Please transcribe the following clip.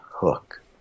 hook